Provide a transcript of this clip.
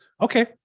okay